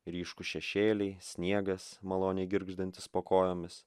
ryškūs šešėliai sniegas maloniai girgždantis po kojomis